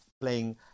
playing